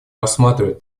рассматривать